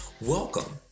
Welcome